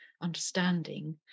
understanding